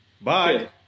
Bye